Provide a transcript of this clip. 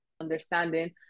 understanding